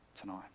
tonight